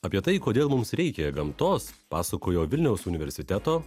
apie tai kodėl mums reikia gamtos pasakojo vilniaus universiteto